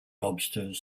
lobsters